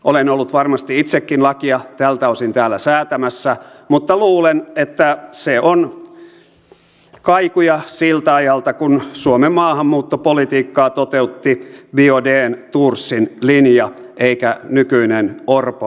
olen ollut varmasti itsekin lakia tältä osin täällä säätämässä mutta luulen että se on kaikuja siltä ajalta kun suomen maahanmuuttopolitiikkaa toteutti biaudetnthorsin linja eikä nykyinen orpon linja